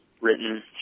written